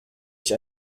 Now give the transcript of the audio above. ich